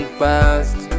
fast